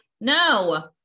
No